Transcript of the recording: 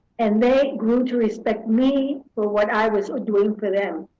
and they grew to respect me for what i was doing for them.